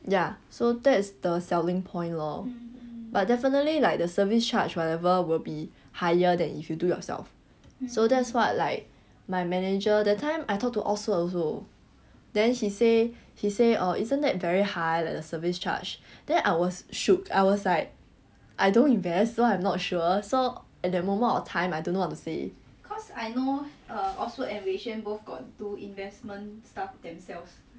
ya so that's the selling point lor but definitely like the service charge whatever will be higher than if you do yourself so that's what like my manager that time I talk to then he say he say err isn't that very high like the service charge then I was shook I was like I don't invest so I'm not sure so at that moment of time I don't know what to say